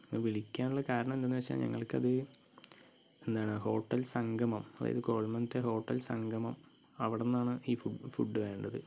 ഞങ്ങൾ വിളിക്കാനുള്ള കാരണം എന്താണെന്ന് വെച്ചാൽ ഞങ്ങള്ക്ക് അത് എന്താണ് ഹോട്ടല് സംഗമം അതായത് കുഴമന്നത്തെ ഹോട്ടല് സംഗമം അവിടെനിന്നാണ് ഈ ഫുഡ് ഫുഡ് വേണ്ടത്